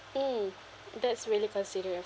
mm that's really considerate